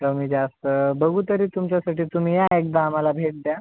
कमी जास्त बघू तरी तुमच्यासाठी तुम्ही या एकदा आम्हाला भेट द्या